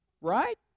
Right